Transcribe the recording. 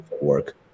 work